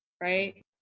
right